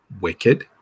wicked